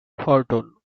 horton